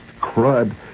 crud